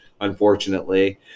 unfortunately